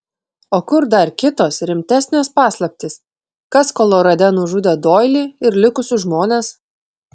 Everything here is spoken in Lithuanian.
o kur dar kitos rimtesnės paslaptys kas kolorade nužudė doilį ir likusius žmones